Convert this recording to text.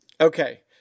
Okay